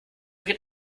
geht